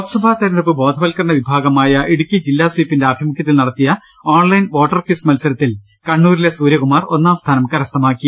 ലോക്സഭാ തിരഞ്ഞെടുപ്പ് ബോധവൽക്കരണ വിഭാഗമായ ഇടുക്കി ജില്ലാ സ്വീപിന്റെ ആഭിമുഖ്യത്തിൽ നടത്തിയ ഓൺലൈൻ വോട്ടർകിസ് മത്സരത്തിൽ കണ്ണൂരിലെ സൂര്യകുമാർ ഒന്നാംസ്ഥാനം കരസ്ഥമാക്കി